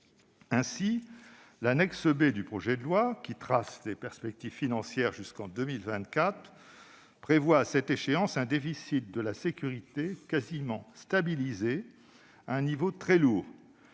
Ainsi, l'annexe B du projet de loi, qui trace des perspectives financières jusqu'en 2024, prévoit à cette échéance un déficit de la sécurité sociale quasiment stabilisé à un niveau très lourd